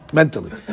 mentally